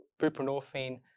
buprenorphine